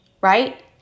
right